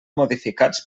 modificats